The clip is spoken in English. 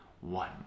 one